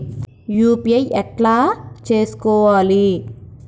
UPI ఎట్లా చేసుకోవాలి?